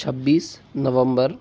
छब्बिस नवंबर